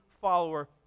follower